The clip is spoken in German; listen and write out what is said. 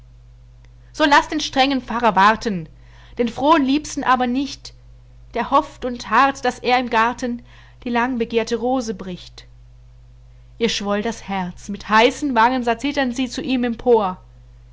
so laß den strengen pfarrer warten den frohen liebsten aber nicht der hofft und harrt daß er im garten die langbegehrte rose bricht ihr schwoll das herz mit heißen wangen sah zitternd sie zu ihm empor